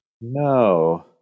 No